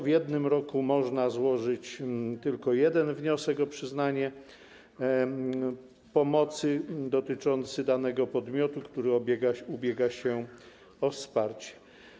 W jednym roku można złożyć tylko jeden wniosek o przyznanie pomocy dotyczący danego podmiotu, który ubiega się o wsparcie.